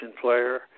player